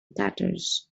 tatters